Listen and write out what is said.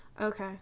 okay